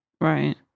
Right